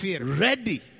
Ready